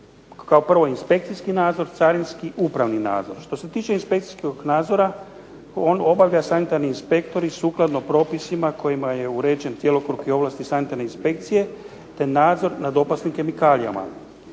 Kao prvo inspekcijski nadzor, carinski, upravni nadzor. Što se tiče inspekcijskog nadzora on obavlja sanitarni inspektori sukladno propisima kojima je uređen cjelokupne ovlasti Sanitarne inspekcije te nadzor nad opasnim kemikalijama.